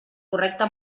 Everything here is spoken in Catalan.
correcta